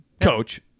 Coach